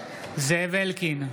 זאב אלקין,